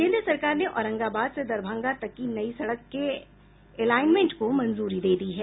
केन्द्र सरकार ने औरंगाबाद से दरभंगा तक की नई सड़क के एलाइनमेंट को मंजूरी दे दी है